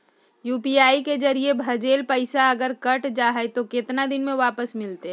UPI के जरिए भजेल पैसा अगर अटक जा है तो कितना दिन में वापस मिलते?